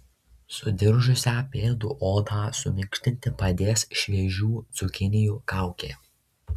sudiržusią pėdų odą suminkštinti padės šviežių cukinijų kaukė